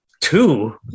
Two